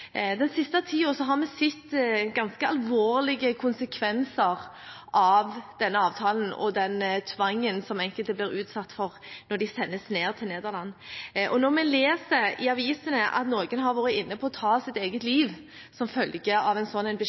Den siste tiden har vi sett ganske alvorlige konsekvenser av denne avtalen og den tvangen som enkelte blir utsatt for når de sendes ned til Nederland. Når vi leser i avisene at noen har vært inne på å ta sitt eget liv som følge av en